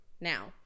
Now